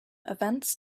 events